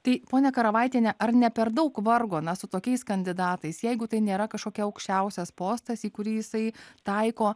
tai ponia karavaitiene ar ne per daug vargo na su tokiais kandidatais jeigu tai nėra kažkokia aukščiausias postas į kurį jisai taiko